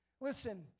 Listen